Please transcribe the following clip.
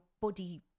body